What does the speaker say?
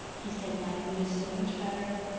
he said, my mood is so much better.